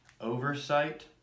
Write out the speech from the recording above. oversight